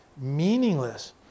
meaningless